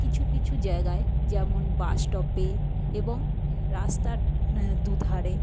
কিছু কিছু জায়গায় যেমন বাসস্টপে এবং রাস্তার দুধারে